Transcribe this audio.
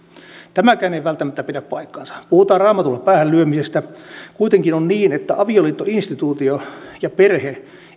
tämäkään ei välttämättä pidä paikkaansa puhutaan raamatulla päähän lyömisestä kuitenkin on niin että avioliittoinstituutio ja perhe